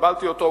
וקיבלתי אותו,